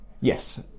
yes